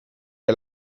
che